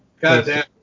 Goddamn